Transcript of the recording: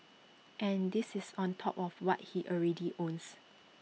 and this is on top of what he already owns